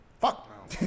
Fuck